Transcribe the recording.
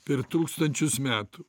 per tūkstančius metų